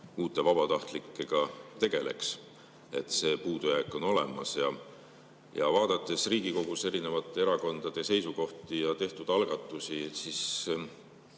uute vabatahtlikega tegeleks, see puudujääk on olemas. Vaadates Riigikogus erinevate erakondade seisukohti ja tehtud algatusi, on ju